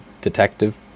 detective